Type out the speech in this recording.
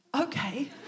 okay